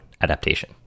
adaptation